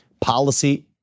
policy